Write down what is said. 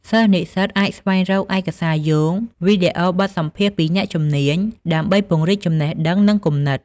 សិស្សនិស្សិតអាចស្វែងរក ឯកសារយោង វីដេអូបទសម្ភាសន៍ពីអ្នកជំនាញ ដើម្បីពង្រីកចំណេះដឹង និងគំនិត។